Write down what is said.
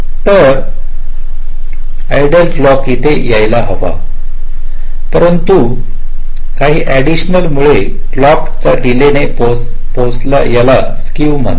तर आयडियल क्लॉकहा येथे यायला हवा होता परंतु काही एडिशनल डीले मुळे क्लॉकहा डीलेने पोहोचला याला स्क्क्यू म्हणतात